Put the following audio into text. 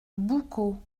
boucau